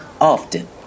Often